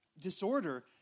disorder